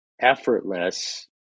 effortless